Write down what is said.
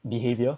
behaviour